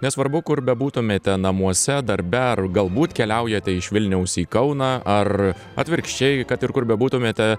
nesvarbu kur bebūtumėte namuose darbe ar galbūt keliaujate iš vilniaus į kauną ar atvirkščiai kad ir kur bebūtumėte